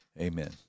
Amen